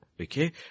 Okay